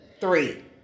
Three